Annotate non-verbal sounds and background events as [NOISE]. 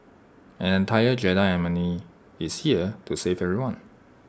an entire Jedi [UNINTELLIGIBLE] is here to save everyone